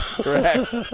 Correct